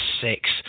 six